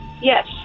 Yes